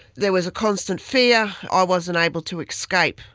there was a constant fear. i wasn't able to escape,